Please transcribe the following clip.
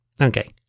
Okay